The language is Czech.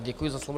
Děkuji za slovo.